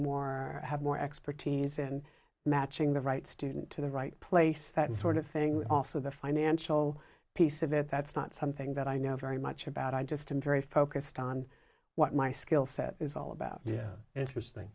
more have more expertise in matching the right student to the right place that sort of thing off of the financial piece of it that's not something that i know very much about i just i'm very focused on what my skill set is all about interesting